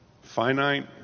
Finite